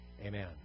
Amen